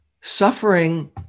suffering